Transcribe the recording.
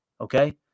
Okay